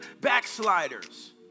backsliders